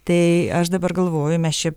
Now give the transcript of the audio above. tai aš dabar galvoju mes čia